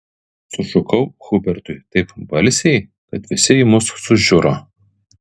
sušukau hubertui taip balsiai kad visi į mus sužiuro